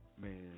Man